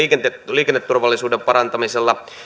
liikenneturvallisuuden parantamisella